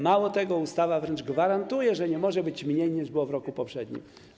Mało tego, ustawa wręcz gwarantuje, że nie może być mniej niż było w roku poprzednim.